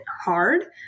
hard